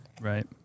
right